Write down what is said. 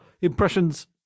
impressions